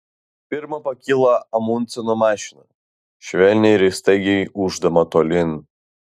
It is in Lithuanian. pirma pakyla amundseno mašina švelniai ir staigiai ūždama tolyn